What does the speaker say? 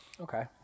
Okay